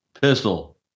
Pistol